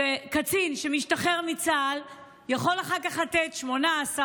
שקצין שמשתחרר מצה"ל יכול אחר כך לתת שמונה חודשים,